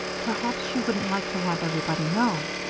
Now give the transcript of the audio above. perhaps she wouldn't like to have everybody know.